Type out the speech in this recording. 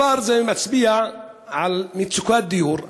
הדבר הזה מצביע על מצוקת דיור,